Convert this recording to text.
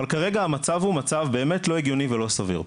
אבל כרגע המצב הוא מצב באמת לא הגיוני ולא סביר.